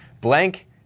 Blank